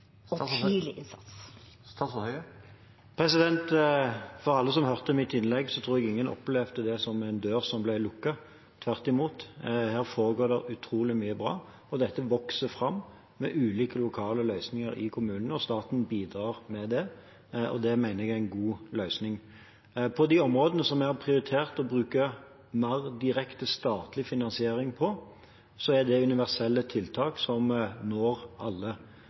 som hørte mitt innlegg, opplevde det som en dør som ble lukket – tvert imot. Her foregår det utrolig mye bra, og dette vokser fram med ulike lokale løsninger i kommunene, og staten bidrar med det, og det mener jeg er en god løsning. De områdene som vi har prioritert å bruke mer direkte statlig finansiering på, er universelle tiltak som når alle,